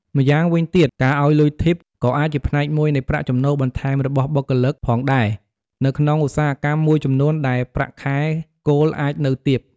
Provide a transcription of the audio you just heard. ម្យ៉ាងវិញទៀត ការឲ្យលុយធីប ក៏អាចជាផ្នែកមួយនៃប្រាក់ចំណូលបន្ថែមរបស់បុគ្គលិកផងដែរ នៅក្នុងឧស្សាហកម្មមួយចំនួនដែលប្រាក់ខែគោលអាចនៅទាប។